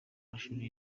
mashuri